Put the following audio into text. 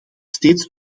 steeds